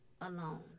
alone